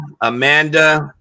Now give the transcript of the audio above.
Amanda